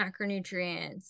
macronutrients